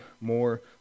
more